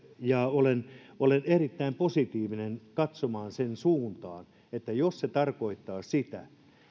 ja olen olen erittäin positiivinen katsomaan sen suuntaan jos se tarkoittaa sitä